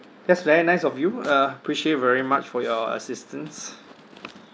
that's very nice of you uh appreciate very much for your assistance